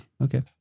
Okay